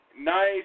nice